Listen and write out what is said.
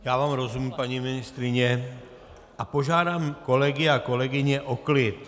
Já vám rozumím, paní ministryně, a požádám kolegy a kolegyně o klid.